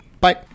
Bye